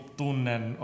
tunnen